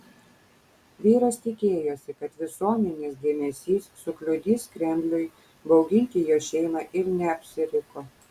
vyras tikėjosi kad visuomenės dėmesys sukliudys kremliui bauginti jo šeimą ir neapsiriko